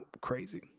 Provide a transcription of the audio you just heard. Crazy